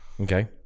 Okay